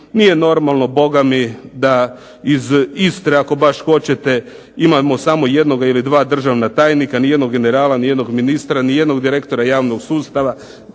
nije normalno da iz Istre ako baš hoćete imamo samo jednog ili dva državna tajnika, nijednog generala, nijednog ministra, nijednog direktora javnog sustava,